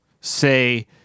Say